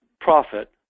profit